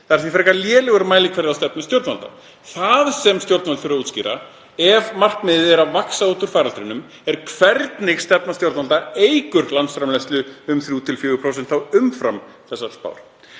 Það er því frekar lélegur mælikvarði á stefnu stjórnvalda. Það sem stjórnvöld þurfa að útskýra, ef markmiðið er að vaxa út úr faraldrinum, er hvernig stefna stjórnvalda eykur landsframleiðslu um 3–4% umfram þessar spár.